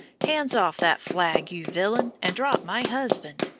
hands off that flag, you villain, and drop my husband!